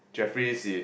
Jeffrey's in